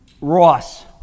Ross